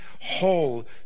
whole